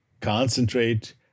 concentrate